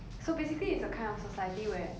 so basically it's a kind of society where